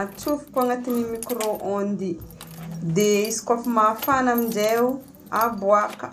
atsofoka agnatin'ny micro ondes, dia izy ko efa mafana aminjay ao, aboaka.